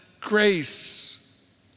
grace